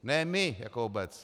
Ne my jako obec!